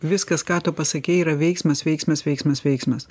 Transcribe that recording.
viskas ką tu pasakei yra veiksmas veiksmas veiksmas veiksmas